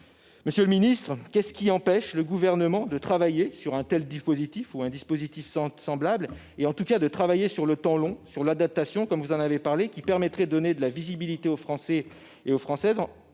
Monsieur le ministre, qu'est-ce qui empêche le Gouvernement de travailler sur un dispositif semblable et, en tout cas, de travailler sur le temps long et sur l'adaptation dont vous avez parlé ? Cela permettrait de donner de la visibilité aux Français et aux Françaises,